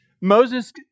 Moses